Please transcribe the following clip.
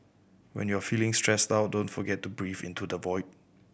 when you are feeling stressed out don't forget to breathe into the void